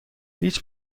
هیچ